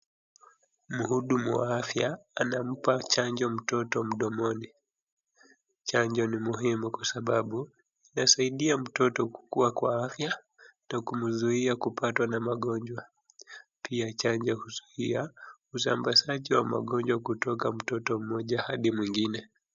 Mhudumu wa afya anampa mtoto chanjo mdomoni, chanjo ni muhimu kwa sababu inasaidia mtoto kukua kwa afya na kumzuia kupatwa na magonjwa, pia chanjo huzuia usambazaji wa magonjwa kutoka mtoto mmoja hadi mwingine.